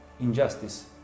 injustice